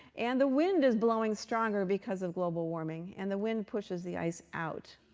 and the wind is blowing stronger because of global warming. and the wind pushes the ice out.